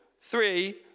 three